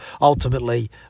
ultimately